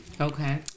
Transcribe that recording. Okay